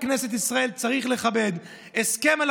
חוק בכנסת ישראל צריך לכבד,